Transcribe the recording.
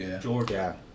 Georgia